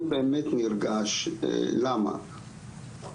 אני באמת נרגש, למה?